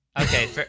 Okay